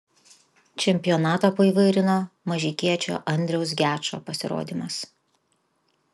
čempionatą paįvairino mažeikiečio andriaus gečo pasirodymas